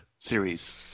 series